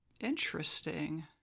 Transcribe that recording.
Interesting